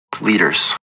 leaders